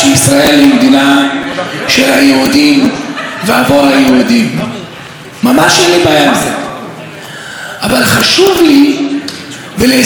אבל חשוב לי ול-20% מכלל האוכלוסייה בישראל להרגיש שגם אנחנו שייכים,